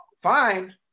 Fine